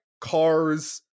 cars